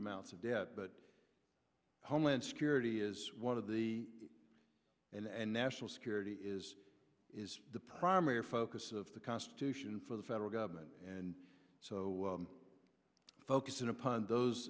amounts of debt but homeland security is one of the and national security is is the primary focus of the constitution for the federal government and so focusing upon those